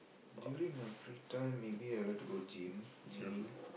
during my free time maybe I like to go gym gyming